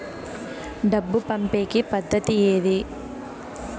డబ్బు పంపేకి పద్దతి ఏది